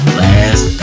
last